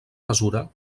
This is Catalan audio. mesura